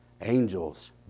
angels